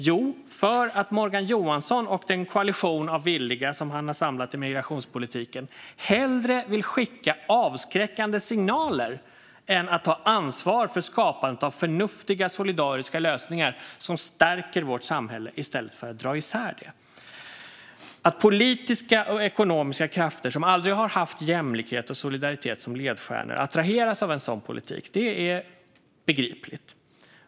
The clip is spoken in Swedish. Jo, för att Morgan Johansson och den koalition av villiga som han har samlat i migrationspolitiken hellre vill skicka avskräckande signaler än att ta ansvar för skapandet av förnuftiga och solidariska lösningar som stärker vårt samhälle i stället för att dra isär det. Att politiska och ekonomiska krafter som aldrig har haft jämlikhet och solidaritet som ledstjärnor attraheras av en sådan politik är begripligt.